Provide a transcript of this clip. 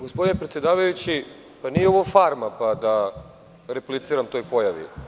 Gospodine predsedavajući, nije ovo „Farma“ pa da repliciram toj pojavi.